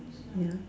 ya